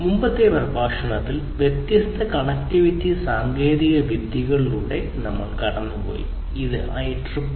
മുമ്പത്തെ പ്രഭാഷണത്തിൽ വ്യത്യസ്ത കണക്റ്റിവിറ്റി സാങ്കേതികവിദ്യകളിലൂടെ കടന്നുപോയി ഇത് IEEE 802